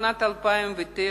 בשנת 2009,